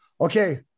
Okay